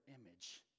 image